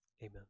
Amen